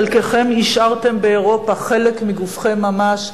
חלקכם השארתם באירופה חלק מגופכם ממש,